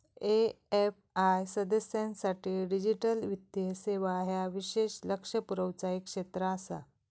AFI सदस्यांसाठी digital वित्तीय सेवा ह्या विशेष लक्ष पुरवचा एक क्षेत्र आसा